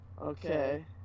Okay